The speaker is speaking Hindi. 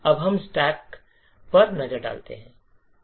अब हम स्टैक पर नजर डालते हैं